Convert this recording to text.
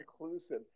inclusive